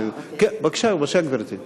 בבקשה, גברתי.